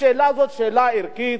השאלה היא שאלה ערכית,